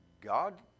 God